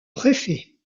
préfet